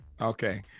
Okay